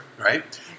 right